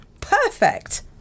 Perfect